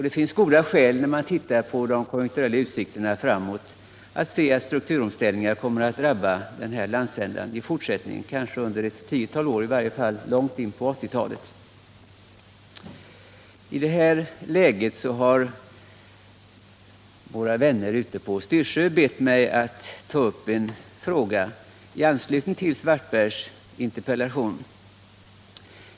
Det finns goda skäl att anta att den här landsändan under kanske ett tiotal år — eller i varje fall långt in på 1980-talet — koramer att drabbas av struk = Nr 39 turomvandlingen. I det läget har våra vänner ute på Styrsö bett mig att ta upp en fråga i anslutning till herr Svartbergs interpellation.